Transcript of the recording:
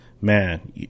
man